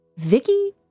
Vicky